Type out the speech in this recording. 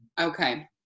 Okay